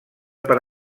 per